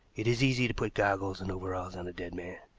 it is easy to put goggles and overalls on a dead man.